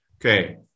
Okay